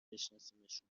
بشناسیمشون